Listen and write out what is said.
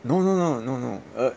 no no no no no uh